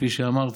כפי שאמרתי,